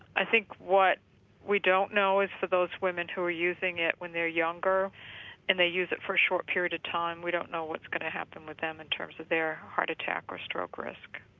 i think what we don't know is for those women who are using it when they're younger and they use it for a short period of time, we don't know what's going to happen with them in terms of their heart attack or stroke risk.